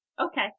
Okay